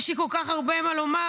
יש לי כל כך הרבה מה לומר,